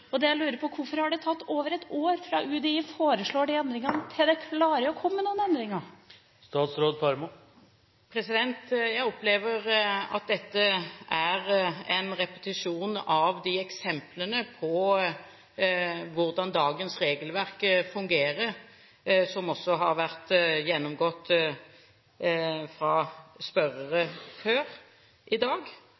jeg lurer på, er: Hvorfor har det tatt over ett år fra UDI foreslo de endringene, til man klarer å komme med noen endringer? Jeg opplever at dette er en repetisjon av eksemplene på hvordan dagens regelverk fungerer, som også har vært gjennomgått fra spørrere